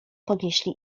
ponieśli